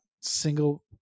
single